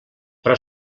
però